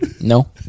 No